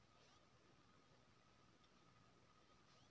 हमरा खाता खोले के लेल की सब चाही?